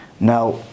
Now